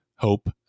hope